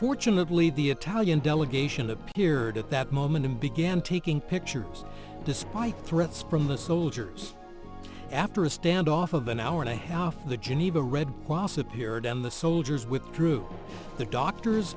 fortunately the italian delegation appeared at that moment and began taking pictures despite threats from the soldiers after a standoff of an hour and a half the geneva red wasa period and the soldiers with troops the doctors